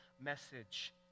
message